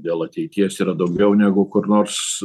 dėl ateities yra daugiau negu kur nors